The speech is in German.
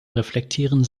reflektieren